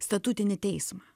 statutinį teismą